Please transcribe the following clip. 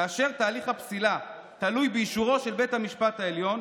כאשר תהליך הפסילה תלוי באישורו של בית המשפט העליון,